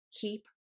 Keep